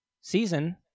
season